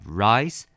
rice